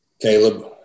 Caleb